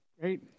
great